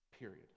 period